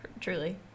truly